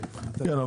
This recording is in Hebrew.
כן,